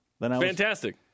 Fantastic